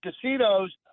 casinos